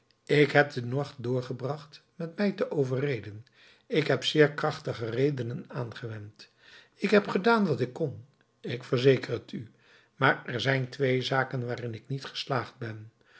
ik heb den nacht doorgebracht met mij te overreden ik heb zeer krachtige redenen aangewend ik heb gedaan wat ik kon ik verzeker t u maar er zijn twee zaken waarin ik niet geslaagd ben